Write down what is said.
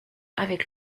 avec